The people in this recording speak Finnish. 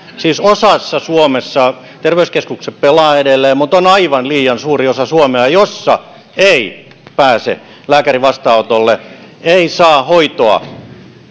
siis osassa suomea terveyskeskukset pelaavat edelleen mutta on aivan liian suuri osa suomea jossa ei pääse lääkärin vastaanotolle ei saa hoitoa